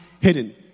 hidden